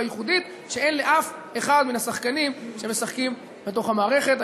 ייחודית שאין לאף אחד מן השחקנים שמשחקים בתוך המערכת.